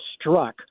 struck